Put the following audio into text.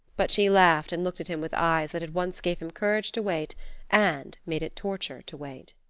but she laughed and looked at him with eyes that at once gave him courage to wait and made it torture to wait.